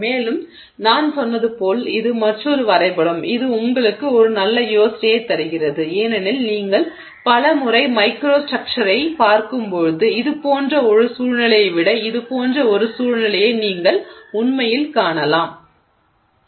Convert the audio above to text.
மேலும் நான் சொன்னது போல் இது மற்றொரு வரைபடம் இது உங்களுக்கு ஒரு நல்ல யோசனையைத் தருகிறது ஏனெனில் நீங்கள் பல முறை மைக்ரோ ஸ்ட்ரக்சுரைப் பார்க்கும்போது இதுபோன்ற ஒரு சூழ்நிலையை விட இது போன்ற ஒரு சூழ்நிலையை நீங்கள் உண்மையில் காணலாம்